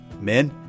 men